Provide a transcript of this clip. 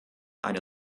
einer